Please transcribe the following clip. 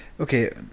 Okay